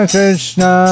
Krishna